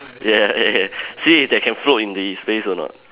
yeah yeah see if they can float in the space or not